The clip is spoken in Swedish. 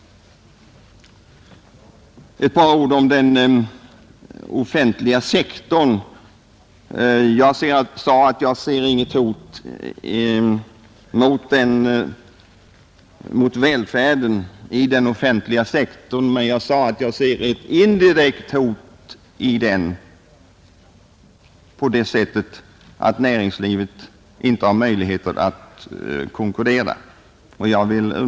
Några ord om den offentliga sektorn. Jag sade att jag inte ser något hot mot välfärden i den offentliga sektorn men att jag ser ett indirekt hot i den på det sättet att näringslivet inte har möjligheter att konkurrera.